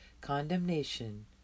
Condemnation